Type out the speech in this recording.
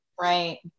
Right